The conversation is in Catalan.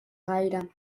gaire